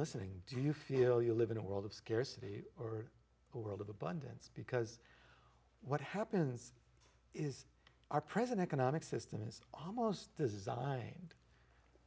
listening do you feel you live in a world of scarcity or a world of abundance because what happens is our present economic system is almost designed